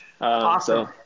Awesome